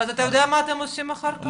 אבל אתה יודע מה אתם עושים אחר כך?